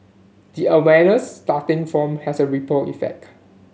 the awareness starting from has a ripple effect